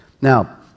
Now